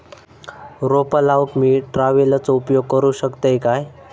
रोपा लाऊक मी ट्रावेलचो उपयोग करू शकतय काय?